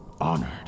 Honored